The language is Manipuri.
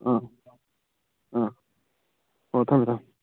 ꯑꯥ ꯑꯥ ꯍꯣꯏ ꯊꯝꯃꯣ ꯊꯝꯃꯣ